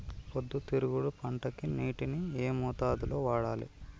పొద్దుతిరుగుడు పంటకి నీటిని ఏ మోతాదు లో వాడాలి?